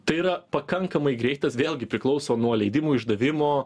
tai yra pakankamai greitas vėlgi priklauso nuo leidimų išdavimo